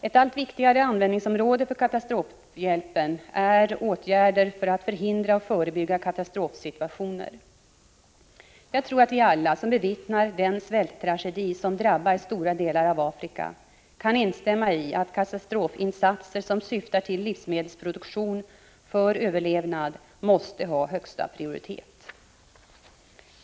Ett allt viktigare användningsområde för katastrofhjälpen är åtgärder för att förhindra och förebygga katastrofsituationer. Jag tror att vi alla, som bevittnar den svälttragedi som drabbar stora delar av Afrika, kan instämma i att katastrofinsatser som syftar till livsmedelsproduktion för överlevnad måste ha högsta prioritet.